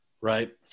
right